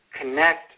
connect